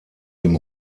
dem